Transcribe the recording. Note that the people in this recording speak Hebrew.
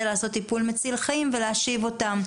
לעשות טיפול מציל חיים ולהשיב אותם.